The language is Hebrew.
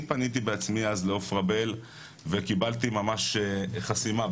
אני פניתי בעצמי אז לעופרה בל וקיבלתי ממש חסימה,